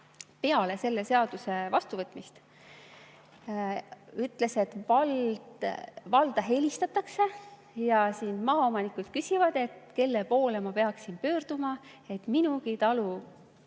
Peale selle seaduse vastuvõtmist öeldi, et valda helistatakse ja maaomanikud küsivad: "Kelle poole ma peaksin pöörduma, et minugi talu